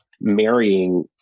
marrying